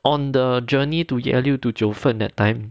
on the journey to 野柳 to 九分 that time